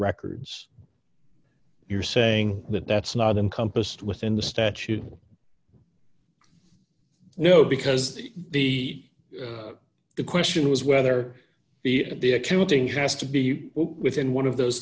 records you're saying that that's not encompassed within the statute no because the question was whether the at the accounting has to be within one of those